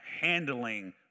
handling